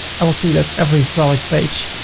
i will see that every product page.